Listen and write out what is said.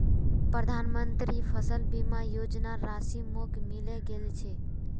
प्रधानमंत्री फसल बीमा योजनार राशि मोक मिले गेल छै